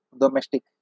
domestic